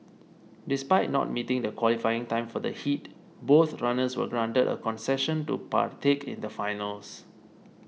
despite not meeting the qualifying time for the heat both runners were granted a concession to partake in the finals